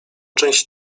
część